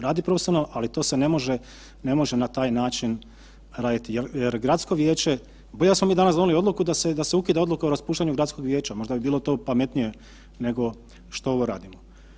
Radi profesionalno ali to se ne može na taj način raditi jer gradsko vijeće, bolje da smo danas donijeli odluku da se ukida odluka o raspuštanju gradskog vijeća, možda bi bilo to pametnije nego što ovo radimo.